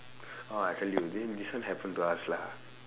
orh I tell you then this one happen to us lah